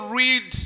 read